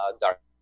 dark